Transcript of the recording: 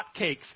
hotcakes